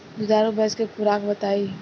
दुधारू भैंस के खुराक बताई?